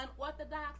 unorthodox